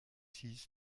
hieß